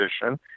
position